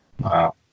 Wow